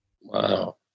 Wow